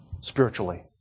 spiritually